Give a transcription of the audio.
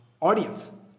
audience